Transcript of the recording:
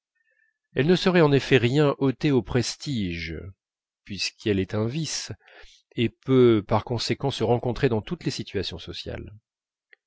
elle ne saurait en effet rien ôter au prestige puisqu'elle est un vice et peut par conséquent se rencontrer dans toutes les situations sociales